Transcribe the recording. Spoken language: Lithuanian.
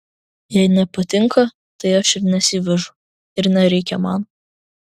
jei nepatinka tai aš ir nesivežu ir nereikia man